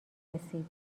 رسید